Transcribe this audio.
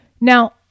Now